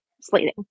slating